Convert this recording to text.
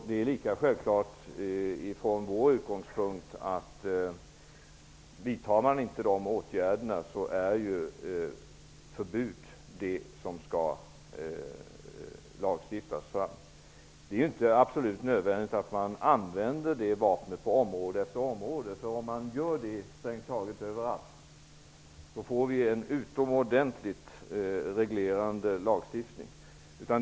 Det är lika självklart från vår utgångspunkt att vidtas inte åtgärderna så är förbud det som skall lagstiftas fram. Det är inte absolut nödvändigt att man använder det vapnet på område efter område, för om man gör det strängt taget överallt, får vi en utomordentligt reglerande lagstiftning.